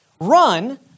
Run